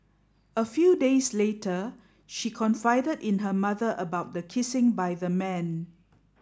a few days later she confided in her mother about the kissing by the man